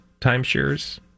timeshares